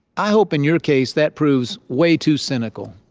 i hope in your case that proves way too cynical,